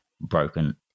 broken